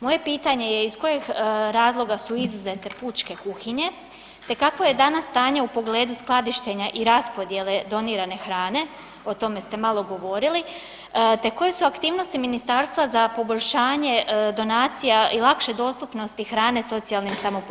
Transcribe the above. Moje pitanje je iz kojih razloga su izuzete pučke kuhinje, te kakvo je danas stanje u pogledu skladištenja i raspodjele donirane hrane, o tome ste malo govorili, te koje su aktivnosti ministarstva za poboljšanje donacija i lakše dostupnosti hrane socijalnim samoposlugama?